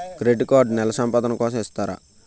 Credit card నెల సంపాదన కోసం ఇస్తారా?